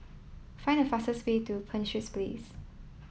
find the fastest way to Penshurst Place